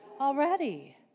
already